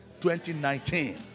2019